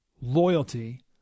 loyalty